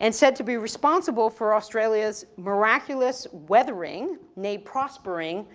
and said to be responsible for australia's miraculous weathering made prospering